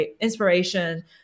inspiration